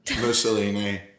Mussolini